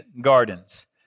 gardens